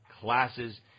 classes